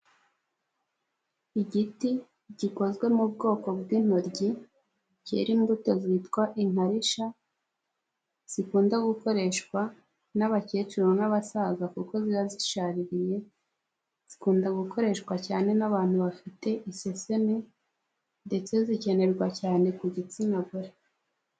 Igiti gikozwe mu bwoko bw'intoryi cyera imbuto zitwa inkarisha zikunda gukoreshwa n'abakecuru n'abasaza kuko ziba zishaririye zikunda gukoreshwa cyane n'abantu bafite iseseme ndetse zikenerwa cyane ku gitsina gore.